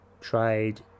tried